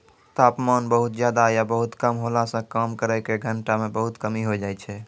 तापमान बहुत ज्यादा या बहुत कम होला सॅ काम करै के घंटा म बहुत कमी होय जाय छै